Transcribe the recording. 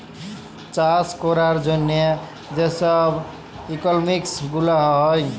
চাষ ক্যরার জ্যনহে যে ছব ইকলমিক্স গুলা হ্যয়